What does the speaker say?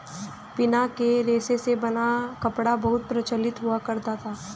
पिना के रेशे से बना कपड़ा बहुत प्रचलित हुआ करता था